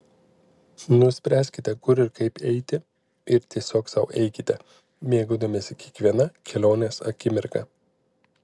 nuspręskite kur ir kaip eiti ir tiesiog sau eikite mėgaudamiesi kiekviena kelionės akimirka